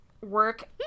work